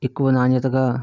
ఎక్కువ నాణ్యతగా